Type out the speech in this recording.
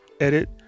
edit